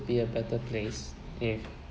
be a better place if